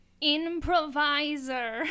improviser